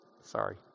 Sorry